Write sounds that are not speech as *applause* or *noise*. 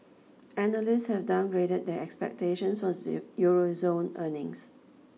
analysts have downgraded their expectations for *unintelligible* Euro zone earnings